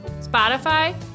Spotify